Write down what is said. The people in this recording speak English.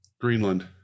Greenland